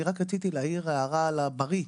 רק רציתי להעיר הערה על ה"בריא":